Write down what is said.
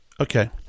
Okay